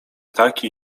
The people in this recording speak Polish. taki